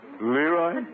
Leroy